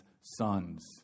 sons